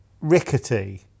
rickety